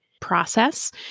process